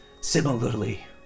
similarly